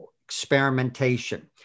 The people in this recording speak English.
experimentation